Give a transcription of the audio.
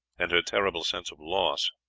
and her terrible sense of loss,